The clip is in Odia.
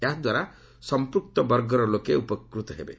ଏହାଦ୍ୱାରା ସମ୍ପ୍ରକ୍ତ ବର୍ଗର ଲୋକେ ଉପକୃତ ହେବେ